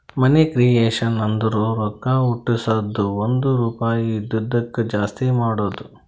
ಮನಿ creation ಅಂದುರ್ ರೊಕ್ಕಾ ಹುಟ್ಟುಸದ್ದು ಒಂದ್ ರುಪಾಯಿ ಇದಿದ್ದುಕ್ ಜಾಸ್ತಿ ಮಾಡದು